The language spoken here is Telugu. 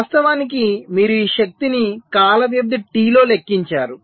వాస్తవానికి మీరు ఈ శక్తిని కాల వ్యవధి T లో లెక్కించారు